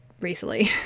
recently